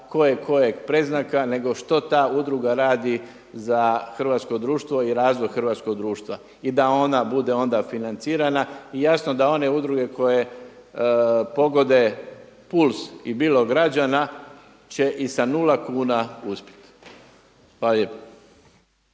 koje kojeg predznaka nego što ta udruga radi za hrvatsku društva i razvoj hrvatskog društva i da ona bude onda financirana. I jasno da one udruge koje pogode puls i bilo građana će i sa nula kuna uspjeti. Hvala